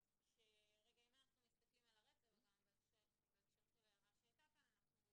אם אנחנו מסתכלים על הרצף וגם בהקשר של ההערה שהייתה כאן,